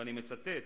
ואני מצטט,